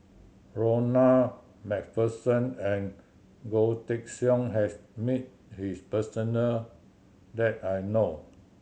Ronald Macpherson and Goh Teck Sian has meet his personal that I know